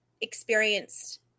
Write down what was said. experienced